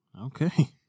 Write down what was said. Okay